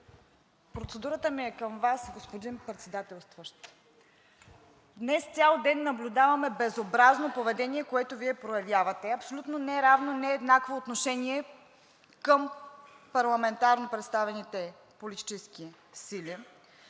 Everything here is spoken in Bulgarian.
Процедурата ми е към Вас, господин Председателстващ. Днес цял ден наблюдаваме безобразно поведение, което Вие проявявате – абсолютно неравно, нееднакво отношение към парламентарно представените политически сили.